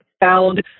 Found